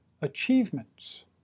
achievements